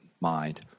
mind